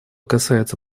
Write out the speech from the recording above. касается